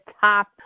top